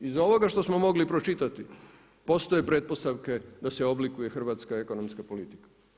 Iz ovoga što smo mogli pročitati postoje pretpostavke da se oblikuje hrvatska ekonomska politika.